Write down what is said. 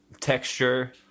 texture